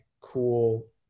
cool